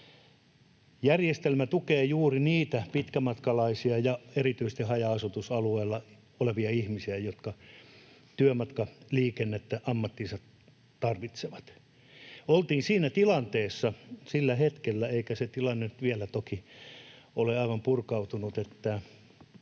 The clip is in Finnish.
Järjestelmä tukee juuri niitä pitkämatkalaisia ja erityisesti haja-asutusalueella olevia ihmisiä, jotka työmatkaliikennettä ammattiinsa tarvitsevat. Oltiin siinä tilanteessa sillä hetkellä — eikä se tilanne nyt vielä toki ole aivan purkautunut